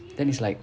then it's like